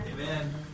Amen